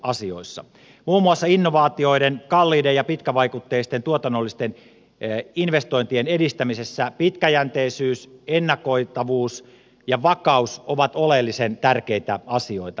muun muassa innovaatioiden kalliiden ja pitkävaikutteisten tuotannollisten investointien edistämisessä pitkäjänteisyys ennakoitavuus ja vakaus ovat oleellisen tärkeitä asioita